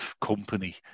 company